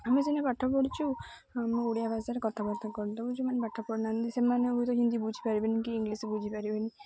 ଆମେ ସିନା ପାଠ ପଢ଼ିଛୁ ଆମେ ଓଡ଼ିଆ ଭାଷାରେ କଥାବାର୍ତ୍ତା କରିଦେଉଛୁ ଯେଉଁମାନେ ପାଠ ପଢ଼ିନାହାନ୍ତି ସେମାନଙ୍କୁ ତ ହିନ୍ଦୀ ବୁଝିପାରିବେନି କି ଇଂଲିଶ ବୁଝିପାରିବେନି